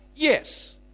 Yes